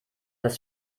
das